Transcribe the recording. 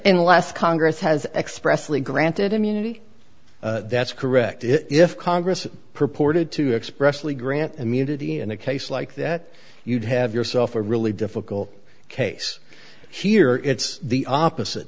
unless congress has expressly granted immunity that's correct if congress purported to expressly grant immunity in a case like that you'd have yourself a really difficult case here it's the opposite